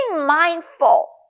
mindful